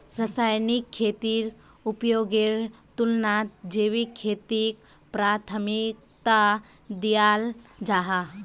रासायनिक खेतीर उपयोगेर तुलनात जैविक खेतीक प्राथमिकता दियाल जाहा